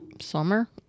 Summer